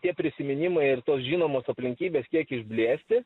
tie prisiminimai ir tos žinomos aplinkybės kiek išblėsti